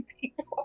people